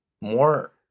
more